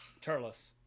Turles